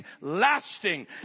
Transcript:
lasting